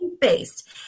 based